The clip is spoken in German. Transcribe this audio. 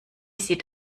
sieht